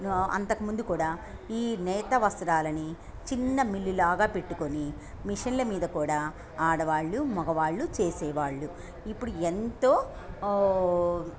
అంతకుముందు కూడా ఈ నేత వస్త్రాలని చిన్న మిల్లులాగా పెట్టుకొని మిషన్ల మీద కూడా ఆడవాళ్ళు మగవాళ్ళు చేసేవాళ్ళు ఇప్పుడు ఎంతో